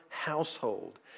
household